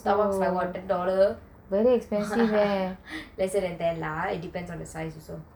Starbucks like what ten dollars lesser than ten lah it depends on the size also